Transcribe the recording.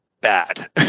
bad